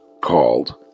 called